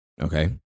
Okay